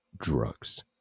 drugs